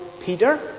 Peter